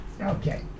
Okay